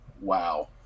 Wow